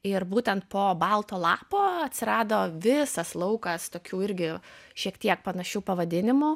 ir būtent po balto lapo atsirado visas laukas tokių irgi šiek tiek panašių pavadinimų